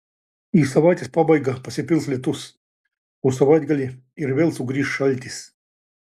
į savaitės pabaigą pasipils lietus o savaitgalį ir vėl sugrįš šaltis